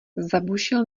zabušil